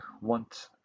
want